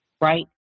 right